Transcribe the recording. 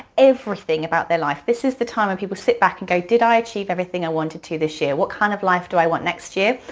everything about their life. this is the time when people sit back and go, did i achieve everything i wanted to this year? what kind of life do i want next year?